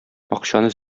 акчаны